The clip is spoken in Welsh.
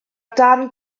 darn